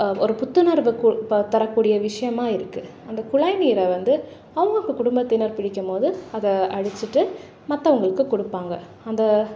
ஒரு புத்துணர்வு கு பா தரக்கூடிய விஷயமாக இருக்குது அந்த குழாய் நீரை வந்து அவங்கவுங்க குடும்பத்தினர் பிடிக்கும்போது அதை அடிச்சிட்டு மற்றவங்களுக்கு கொடுப்பாங்க அந்த